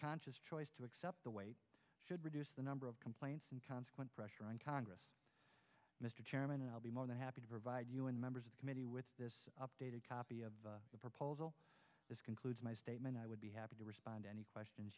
conscious choice to accept the way should reduce the number of complaints and consequent pressure on congress mr chairman i'll be more than happy to provide you and members of the committee with this updated copy of the proposal this concludes my statement i would be happy to respond any questions